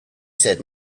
said